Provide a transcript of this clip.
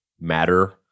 matter